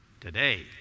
today